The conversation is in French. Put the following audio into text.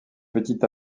petit